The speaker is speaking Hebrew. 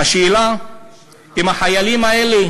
השאלה אם החיילים האלה